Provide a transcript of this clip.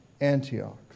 Antioch